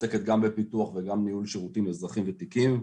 עוסקת גם בפיתוח וגם בניהול שירותים אזרחים ותיקים.